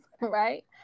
Right